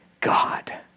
God